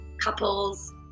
couples